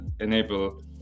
enable